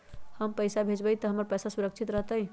हम पैसा भेजबई तो हमर पैसा सुरक्षित रहतई?